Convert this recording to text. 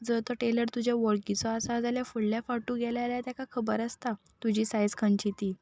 जर तर टेलर तुज्या वळखीचो आसा जाल्यार फुडल्या फावट तूं गेले जाल्यार तेका खबर आसता तुजी सायज खंयची ती